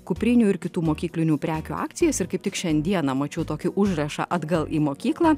kuprinių ir kitų mokyklinių prekių akcijas ir kaip tik šiandieną mačiau tokį užrašą atgal į mokyklą